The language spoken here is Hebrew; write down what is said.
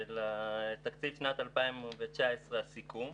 תקציב שנת 2019 וביצועו, הסיכום.